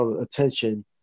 attention